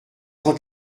cent